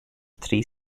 three